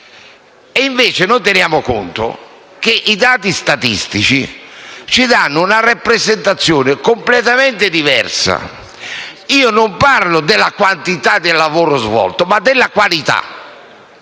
C. Invece, non teniamo conto del fatto che i dati statistici ci danno una rappresentazione completamente diversa e non parlo della quantità del lavoro svolto, ma della qualità.